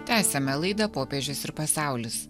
tęsiame laidą popiežius ir pasaulis